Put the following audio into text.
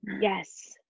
Yes